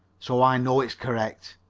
so i know it's correct.